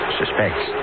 suspects